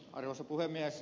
arvoisa puhemies